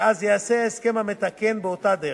שאז ייעשה ההסכם המתקן באותה דרך.